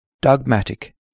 dogmatic